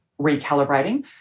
recalibrating